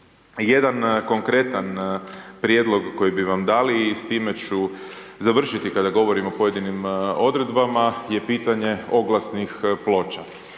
Jedan konkretan prijedlog koji bi vam dali i s time ću završiti kada govorim o pojedini odredbama je pitanje oglasnih ploča.